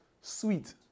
sweet